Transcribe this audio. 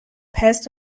pest